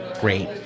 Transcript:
great